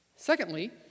Secondly